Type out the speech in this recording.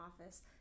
office